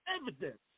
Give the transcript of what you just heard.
evidence